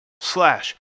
slash